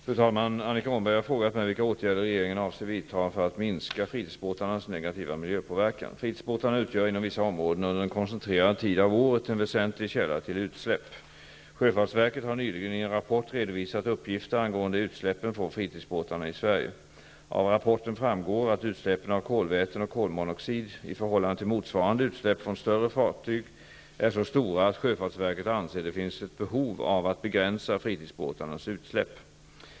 Fru talman! Annika Åhnberg har frågat mig vilka åtgärder regeringen avser vidta för att minska fritidsbåtarnas negativa miljöpåverkan. Fritidsbåtarna utgör inom vissa områden under en koncentrerad tid av året en väsentlig källa till utsläpp. Sjöfartsverket har nyligen i en rapport redovisat uppgifter angående utsläppen från fritidsbåtarna i Sverige. Av rapporten framgår att utsläppen av kolväten och kolmonoxid i förhållande till motsvarande utsläpp från större fartyg är så stora att sjöfartsverket anser att det finns ett behov av att begränsa fritidsbåtarnas utsläpp.